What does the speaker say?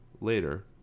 later